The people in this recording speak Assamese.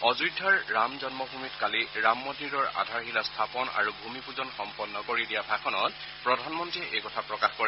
অযোধ্যাৰ ৰাম জন্মভূমিত কালি ৰাম মন্দিৰৰ আধাৰশিলা স্থাপন আৰু ভূমিপূজন সম্পন্ন কৰি দিয়া ভাষণত প্ৰধানমন্ৰীয়ে এই কথা প্ৰকাশ কৰে